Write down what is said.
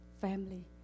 family